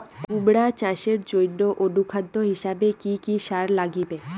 কুমড়া চাষের জইন্যে অনুখাদ্য হিসাবে কি কি সার লাগিবে?